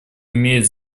имеет